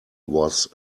was